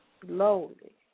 slowly